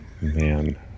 Man